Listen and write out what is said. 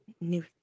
new